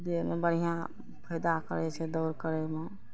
देहमे बढ़िआँ फायदा करै छै दौड़ करयमे